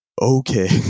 okay